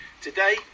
Today